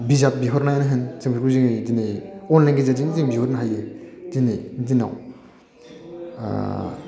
बिजाब बिहरनायानो होन जों बेखौ जोङो दिनै अनलाइननि गेजेरजों जों बिहरनो हायो दिनैनि दिनाव